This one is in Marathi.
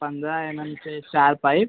पंधरा एम एमचे चार पाईप